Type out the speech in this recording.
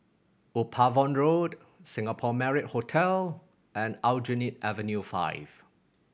Upavon Road Singapore Marriott Hotel and Aljunied Avenue Five